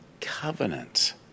covenant